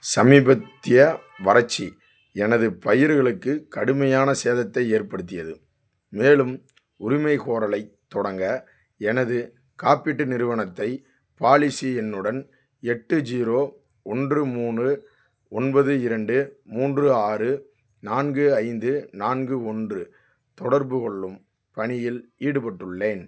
சமீபத்திய வறட்சி எனது பயிர்களுக்கு கடுமையான சேதத்தை ஏற்படுத்தியது மேலும் உரிமைகோரலைத் தொடங்க எனது காப்பீட்டு நிறுவனத்தை பாலிசி எண்ணுடன் எட்டு ஜீரோ ஒன்று மூணு ஒன்பது இரண்டு மூன்று ஆறு நான்கு ஐந்து நான்கு ஒன்று தொடர்பு கொள்ளும் பணியில் ஈடுபட்டுள்ளேன்